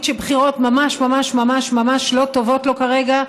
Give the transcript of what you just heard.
שבחירות ממש ממש ממש ממש לא טובות לו כרגע.